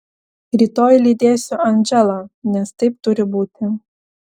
rytoj lydėsiu andželą nes taip turi būti